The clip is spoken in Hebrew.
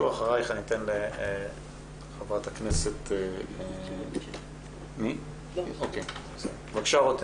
רותם, בבקשה.